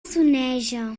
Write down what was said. soneja